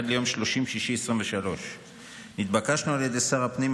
עד ליום 30 ביוני 2023. נתבקשנו על ידי שר הפנים,